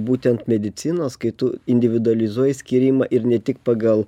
būtent medicinos kai tu individualizuoji skyrimą ir ne tik pagal